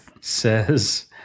says